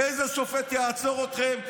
איזה שופט יעצור אתכם?